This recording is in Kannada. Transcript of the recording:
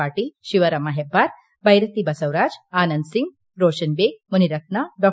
ಪಾಟೀಲ್ ಶಿವರಾಮ್ ಹೆಬ್ಬಾರ್ ಬೈರತಿ ಬಸವರಾಜ್ ಆನಂದ ಸಿಂಗ್ ರೋಷನ್ ಬೇಗ್ ಮುನಿರತ್ನ ಡಾ